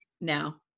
now